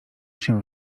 się